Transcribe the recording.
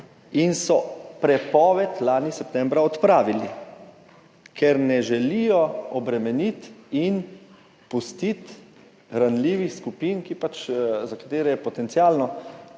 in so lani septembra prepoved odpravili, ker ne želijo obremeniti in pustiti ranljivih skupin, za katere je potencialno